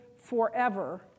forever